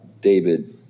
David